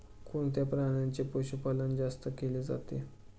कोणत्या प्राण्याचे पशुपालन जास्त केले जाते?